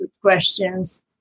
questions